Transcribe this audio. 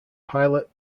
pilot